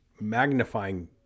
magnifying